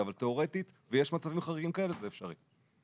אבל תיאורטית יש מצבים חריגים כאלה וזה אפשרי.